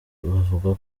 bavuga